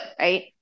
right